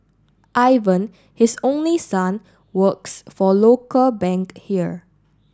Ivan his only son works for a local bank here